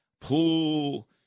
Pool